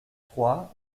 trois